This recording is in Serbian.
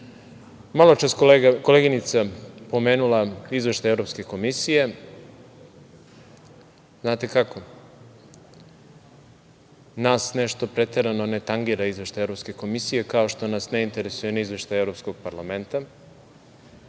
Maločas je koleginica pomenula Izveštaj Evropske komisije. Znate, kako, nas nešto preterano ne tangira Izveštaj Evropske komisije, kao što nas ne interesuje ni Izveštaj Evropskog parlamenta